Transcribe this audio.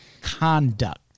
conduct